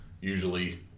Usually